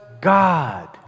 God